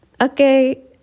Okay